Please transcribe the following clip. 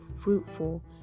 fruitful